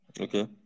Okay